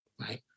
right